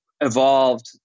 evolved